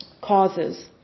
causes